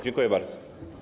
Dziękuję bardzo.